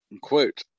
Quote